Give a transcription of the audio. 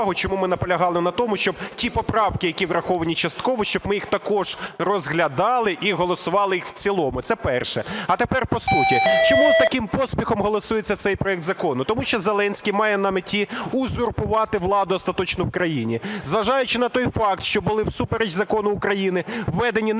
чому ми наполягали на тому, щоб ті поправки, які враховані частково, щоб ми їх також розглядали і голосували їх в цілому. Це перше. А тепер по суті. Чому таким поспіхом голосується цей проект закону? Тому що Зеленський має на меті узурпувати владу остаточно в країні. Зважаючи на той факт, що були всупереч закону України введені неконституційні